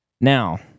Now